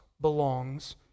belongs